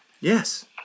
Yes